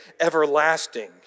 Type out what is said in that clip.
everlasting